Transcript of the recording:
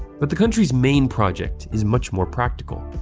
but the country's main project is much more practical.